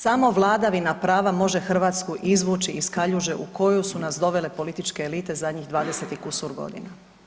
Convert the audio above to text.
Samo vladavina prava može Hrvatsku izvući iz kaljuže u koju su nas dovele političke elite zadnjih 20 i kusur godina.